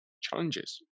challenges